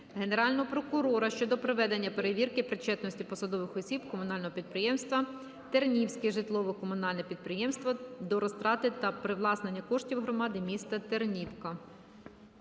Генерального прокурора щодо проведення перевірки причетності посадових осіб Комунального підприємства "Тернівське житлово-комунальне підприємство" до розтрати та привласнення коштів громади міста Тернівка.